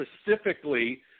specifically